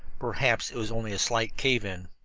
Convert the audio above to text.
perhaps it was only a slight cave-in.